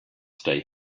stay